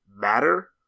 matter